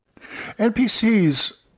NPCs